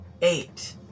Eight